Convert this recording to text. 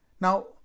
now